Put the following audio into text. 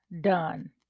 done